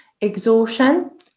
exhaustion